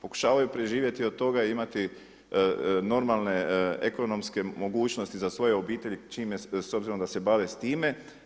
Pokušavaju preživjeti od toga, imati normalne ekonomske mogućnosti za svoje obitelji s obzirom da se bave s time.